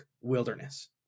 wilderness